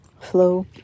flow